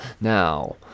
Now